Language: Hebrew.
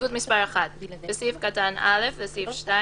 לסעיף 2